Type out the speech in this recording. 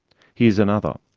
here's another.